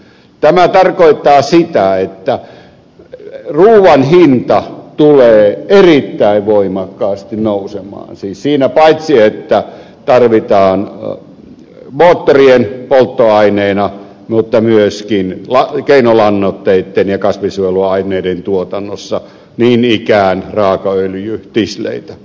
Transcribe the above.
tämä tarkoittaa sitä että ruuan hinta tulee erittäin voimakkaasti nousemaan siis paitsi että sitä tarvitaan moottorien polttoaineena myöskin keinolannoitteitten ja kasvinsuojeluaineiden tuotannossa käytetään niin ikään raakaöljytisleitä